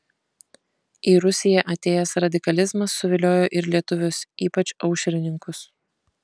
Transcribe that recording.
į rusiją atėjęs radikalizmas suviliojo ir lietuvius ypač aušrininkus